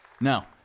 Now